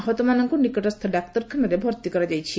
ଆହତମାନଙ୍କୁ ନିକଟସ୍ଥ ଡାକ୍ତରଖାନାରେ ଭର୍ତ୍ତି କରାଯାଇଛି